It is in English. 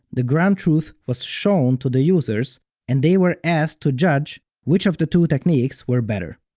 the ground truth was shown to the users and they were asked to judge, which of the two techniques were better.